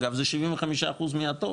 אגב זה 75% מהתור